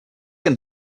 and